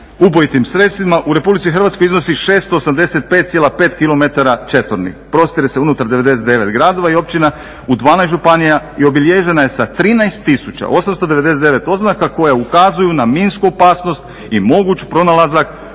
ubojitim sredstvima u Republici Hrvatskoj iznosi 685,5 km četvornih, prostire se unutar 99 gradova i općina u 12 županija i obilježena je sa 13899 oznaka koje ukazuju na minsku opasnost i moguć pronalazak